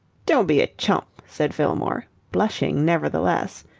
don't be a chump, said fillmore, blushing nevertheless.